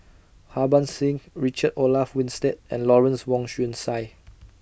Harbans Singh Richard Olaf Winstedt and Lawrence Wong Shyun Tsai